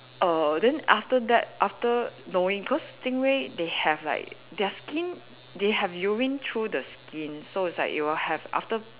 err then after that after knowing cause stingray they have like their skin they have urine through the skin so it's like it will have after